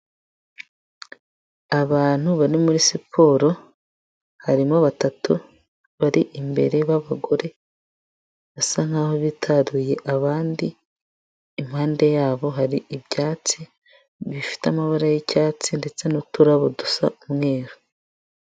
Abantu bari muri siporo harimo batatu bari imbere babagore basa nkaho bitaruye abandi, impande yabo hari ibyatsi bifite amabara y'icyatsi ndetse n'uturabo dusa umweru.